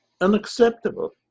unacceptable